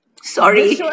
Sorry